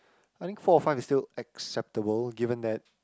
I think four or five is still acceptable given that